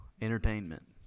Entertainment